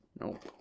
Nope